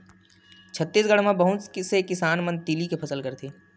छत्तीसगढ़ म बहुत से किसान मन तिली के फसल करथे